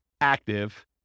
active